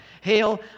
Hail